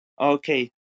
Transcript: Okay